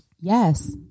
yes